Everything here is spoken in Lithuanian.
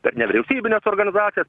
per nevyriausybines organizacijas